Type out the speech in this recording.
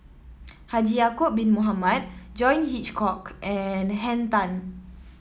Haji Ya'acob Bin Mohamed John Hitchcock and Henn Tan